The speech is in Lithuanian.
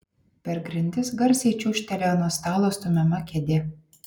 per grindis garsiai čiūžtelėjo nuo stalo stumiama kėdė